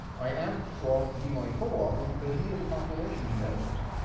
i asked rolf to be my co-author because he is a population geneticist.